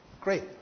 Great